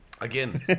Again